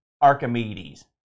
Archimedes